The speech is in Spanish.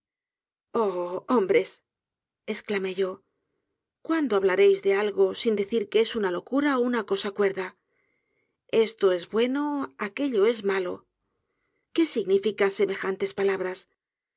hombres esclamé yo cuándo hablareis de algo sin decir que es una locura ó una cosa cuerda esto es bueno aquello es malo qué significan semejantes palabras